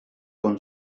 con